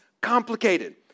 complicated